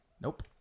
Nope